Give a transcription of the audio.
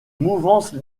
mouvance